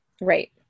Right